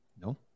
No